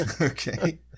Okay